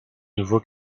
nouveau